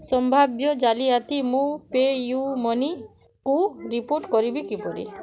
ସମ୍ଭାବ୍ୟ ଜାଲିଆତି ମୁଁ ପେ ୟୁ ମନିକୁ ରିପୋର୍ଟ କରିବି କିପରି